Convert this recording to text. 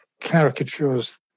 caricatures